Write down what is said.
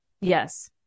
Yes